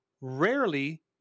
Rarely